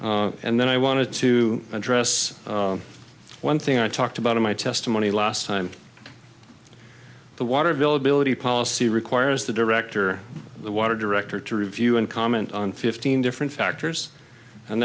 and then i wanted to address one thing i talked about in my testimony last time the water availability policy requires the director the water director to review and comment on fifteen different factors and